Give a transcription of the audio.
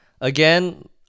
Again